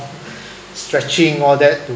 stretching all that to